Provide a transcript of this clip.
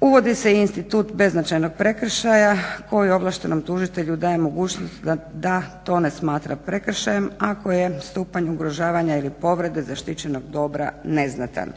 Uvodi se i institut beznačajnog prekršaja koji ovlaštenom tužitelju daje mogućnost da to ne smatra prekršajem ako je stupanj ugrožavanja ili povrede zaštićenog dobra neznatan.